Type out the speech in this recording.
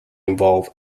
involve